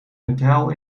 neutraal